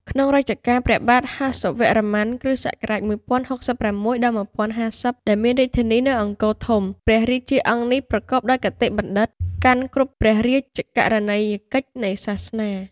ក្នុងរជ្ជកាលព្រះបាទហស៌វរ្ម័ន (គ.ស ១០៦៦-១០៥០) ដែលមានរាជធានីនៅ អង្គរធំ ព្រះរាជាអង្គនេះប្រកបដោយគតិបណ្ឌិត កាន់គ្រប់ព្រះរាជករណីយកិច្ចនៃសាសនា។